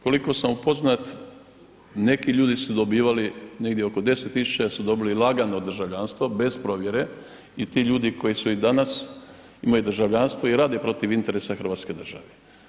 Koliko sam upoznat neki ljudi su dobivali negdje oko 10.000 su dobili lagano državljanstvo bez provjere i ti ljudi koji su i danas, imaju državljanstvo i rade protiv interesa Hrvatske države.